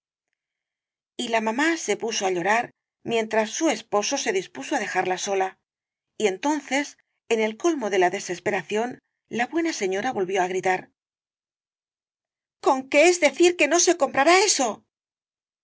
y la mamá se puso á llorar mientras su esposo se dispuso á dejarla sola y entonces en el colmo de la desesperación la buena señora volvió á gritar conque es decir que no se comprará eso